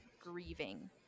grieving